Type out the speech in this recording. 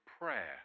prayer